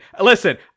listen